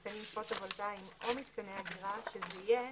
מתקנים פוטו וולאים או מתקני אגירה שזה יהיה